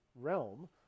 realm